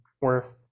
worth